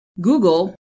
Google